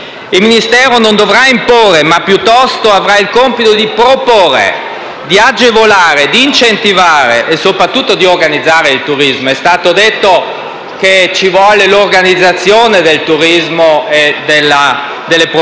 Il Ministero non dovrà imporre, ma piuttosto avrà il compito di proporre, di agevolare, di incentivare e soprattutto di organizzare il turismo. È stato detto che ci vuole l'organizzazione del turismo e delle proposte